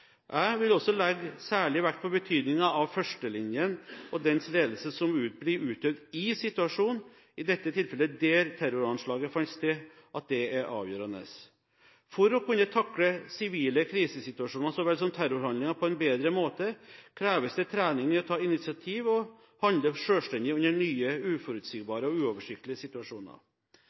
Jeg vil også legge særlig vekt på at betydningen av førstelinjen og den ledelse som blir utøvd i situasjonen – i dette tilfellet der terroranslaget fant sted – er avgjørende. For å kunne takle sivile krisesituasjoner så vel som terrorhandlinger på en bedre måte, kreves det trening i å ta initiativ og å handle selvstendig under nye, uforutsigbare og uoversiktlige situasjoner.